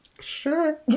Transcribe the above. Sure